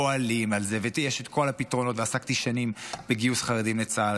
פועלים על זה ויש כל הפתרונות ועסקתי שנים בגיוס חרדים לצה"ל,